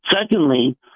Secondly